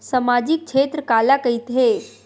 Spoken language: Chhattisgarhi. सामजिक क्षेत्र काला कइथे?